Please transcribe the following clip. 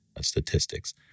statistics